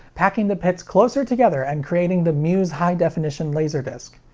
packing the pits closer together and creating the muse high definition laserdisc.